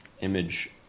image